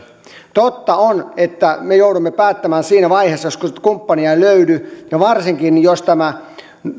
totta on että me joudumme päättämään tämän siinä vaiheessa jos sitä kumppania ei löydy ja varsinkin jos tämä